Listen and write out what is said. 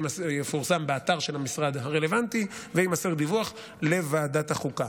תפורסם באתר של המשרד הרלוונטי ויימסר דיווח לוועדת החוקה.